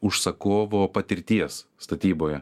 užsakovo patirties statyboje